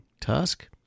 tusk